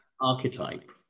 archetype